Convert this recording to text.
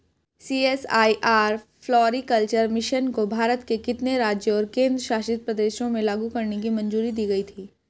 CSIR floriculture mission को भारत के कितने राज्यों और केंद्र शासित प्रदेशों में लागू करने की मंजूरी दी गई थी?